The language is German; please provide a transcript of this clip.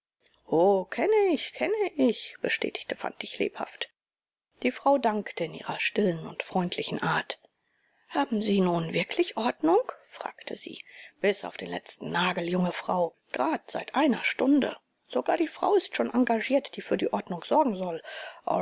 oh kenne ich kenne ich bestätigte fantig lebhaft die frau dankte in ihrer stillen und freundlichen art haben sie nun wirklich ordnung fragte sie bis auf den letzten nagel junge frau grad seit einer stunde sogar die frau ist schon engagiert die für die ordnung sorgen soll